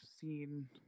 seen